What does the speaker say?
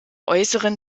äußeren